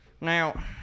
now